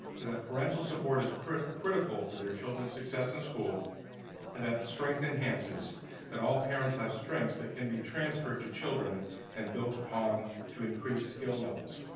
and parental support is critical critical for their children's success in school and that strength enhances that all parents have strengths that can be transferred to children and built upon to increase skill levels.